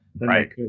Right